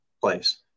place